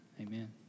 Amen